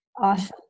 awesome